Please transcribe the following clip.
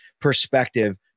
perspective